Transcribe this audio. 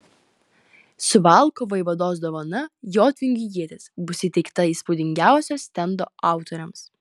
suvalkų vaivados dovana jotvingių ietis bus įteikta įspūdingiausio stendo autoriams